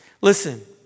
Listen